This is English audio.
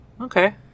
okay